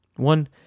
One